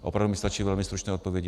Opravdu mi stačí velmi stručné odpovědi.